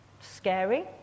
Scary